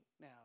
now